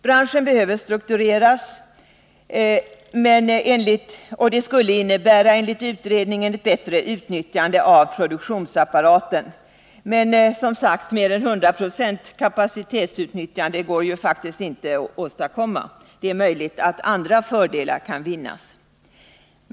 Branschen behöver struktureras. Det skulle enligt utredningen innebära bättre utnyttjande av produktionsapparaten. Mer än 100 procents kapacitetsutnyttjande går det dock inte att åstadkomma, men det är möjligt att andra fördelar kan vinnas.